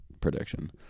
Prediction